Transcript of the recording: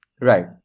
Right